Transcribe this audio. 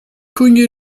cognée